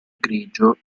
grigio